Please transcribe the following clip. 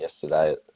yesterday